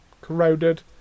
corroded